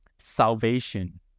Salvation